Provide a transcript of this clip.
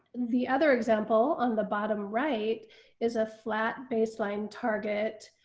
the other example on the bottom right is a flat baseline target.